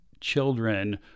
children